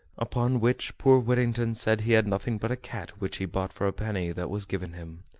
upon which poor whittington said he had nothing but a cat which he bought for a penny that was given him.